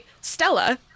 Stella